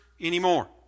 anymore